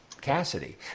Cassidy